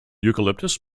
eucalyptus